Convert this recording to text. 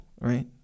right